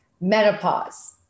menopause